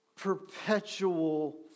perpetual